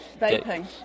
Vaping